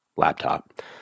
laptop